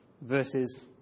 versus